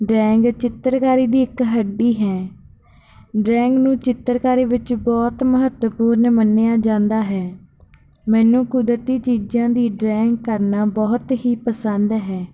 drawing ਚਿੱਤਰਕਾਰੀ ਦੀ ਇੱਕ ਹੱਡੀ ਹੈ ਡਰਾਇੰਗ ਨੂੰ ਚਿੱਤਰਕਾਰੀ ਵਿੱਚ ਬਹੁਤ ਮਹੱਤਵਪੂਰਨ ਮੰਨਿਆ ਜਾਂਦਾ ਹੈ ਮੈਨੂੰ ਕੁਦਰਤੀ ਚੀਜ਼ਾਂ ਦੀ ਡਰਾਇੰਗ ਕਰਨਾ ਬਹੁਤ ਹੀ ਪਸੰਦ ਹੈ